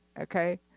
okay